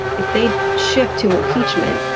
if they shift to impeachment,